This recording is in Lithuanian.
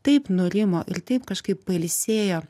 taip nurimo ir taip kažkaip pailsėjo